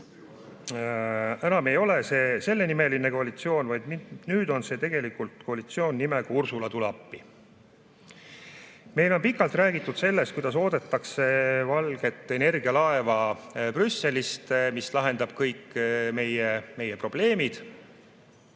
Enam ei ole see sellenimeline koalitsioon, vaid nüüd on see tegelikult koalitsioon nimega "Ursula, tule appi!". Meil on pikalt räägitud sellest, kuidas oodatakse valget energialaeva Brüsselist, mis lahendab kõik meie probleemid.